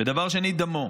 ודבר שלישי: "דמו".